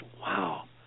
wow